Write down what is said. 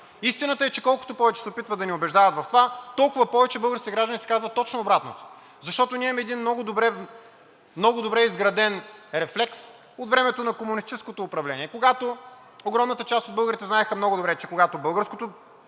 Истината е, че колкото повече се опитват да ни убеждават в това, толкова повече българските граждани си казват точно обратното. Защото ние имаме един много добре изграден рефлекс от времето на комунистическото управление, когато огромната част от българите знаеха много добре, че когато българското